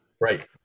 Right